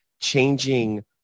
changing